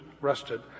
rested